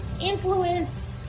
influence